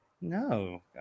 no